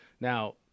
Now